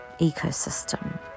ecosystem